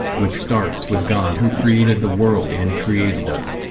which starts with god who created the world and created us.